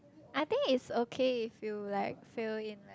I think it's okay if you like fail in